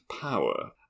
power